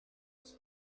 best